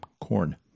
corn